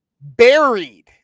buried